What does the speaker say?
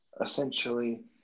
essentially